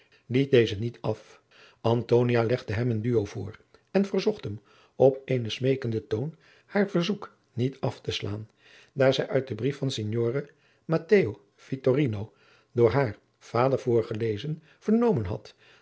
liet deze niet af antonia legde hem een duo voor en verzocht hem op eenen smeekenden toon haar verzoek niet af te slaan daar zij uit den brief van signore matteo vittorino door haar vader voorgelezen vernomen had